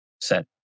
set